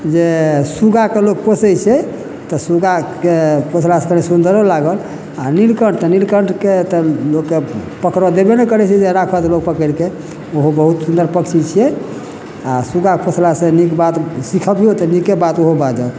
जे सुगा कऽ लोक पोसै छै तऽ सुगाके पोसलासँ कनि सुन्दरो लागल आ नीलकण्ठ तऽ नीलकण्ठके तऽ लोकके पकड़ऽ देबे नहि करै छै जे राखत लोक पकैड़ि कऽ ओहो बहुत सुन्दर पक्षी छियै आ सुगा पोसला से नीक बात सिखबियौ तऽ नीके बात ओहो बाजत